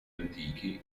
antichi